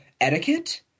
etiquette